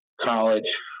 college